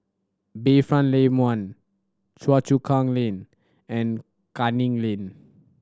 Bayfront Lane One Choa Chu Kang Lane and Canning Lane